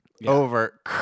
Over